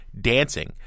dancing